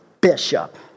bishop